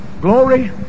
Glory